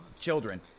children